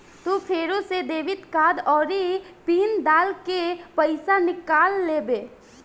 तू फेरू से डेबिट कार्ड आउरी पिन डाल के पइसा निकाल लेबे